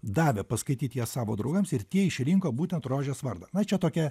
davė paskaityt ją savo draugams ir tie išrinko būtent rožės vardą na čia tokia